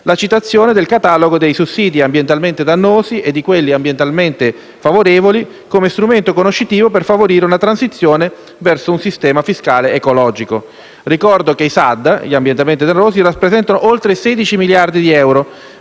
la citazione del catalogo dei sussidi ambientalmente dannosi e quelli ambientalmente favorevoli come strumento conoscitivo per favorire una transizione verso un sistema fiscale ecologico. Ricordo che i SAD rappresentano oltre 16 miliardi di euro,